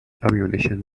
ammunition